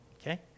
okay